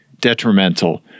detrimental